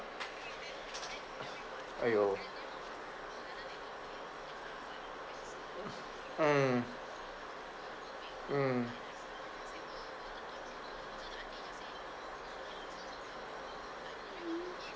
!aiyo! mm mm